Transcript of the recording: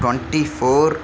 twenty four